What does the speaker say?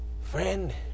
Friend